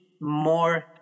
more